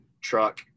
truck